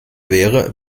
wäre